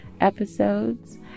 episodes